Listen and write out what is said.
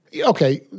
Okay